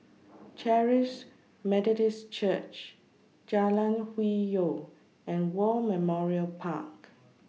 Charis Methodist Church Jalan Hwi Yoh and War Memorial Park